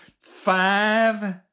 five